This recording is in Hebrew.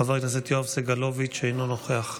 חבר הכנסת יואב סגלוביץ' אינו נוכח,